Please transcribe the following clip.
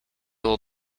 will